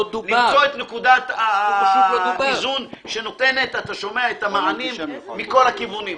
ניסיתי למצוא את נקודת האיזון שנותנת את המענים מכל הכיוונים.